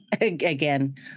again